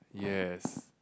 yes